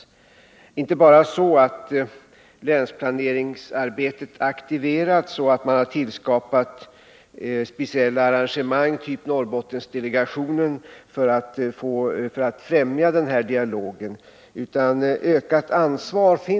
Det är inte bara så att länsplaneringsarbetet aktiverats och att man har tillskapat speciella arrangemang, typ Norrbottendelegationen, för att främja den här dialogen.